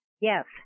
yes